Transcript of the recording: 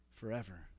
forever